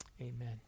Amen